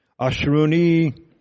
Ashruni